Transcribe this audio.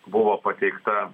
buvo pateikta